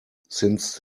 since